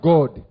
God